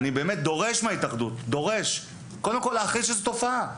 אני באמת דורש מההתאחדות להכריז שזו תופעה.